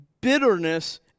bitterness